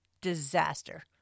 disaster